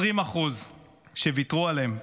20% שוויתרו עליהם,